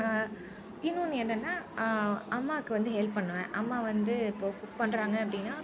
இன்னொன்று என்னன்னா அம்மாவுக்கு வந்து ஹெல்ப் பண்ணுவேன் அம்மா வந்து இப்போது குக் பண்ணுறாங்க அப்படின்னா